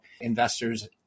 investors